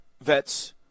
vets –